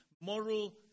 moral